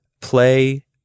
play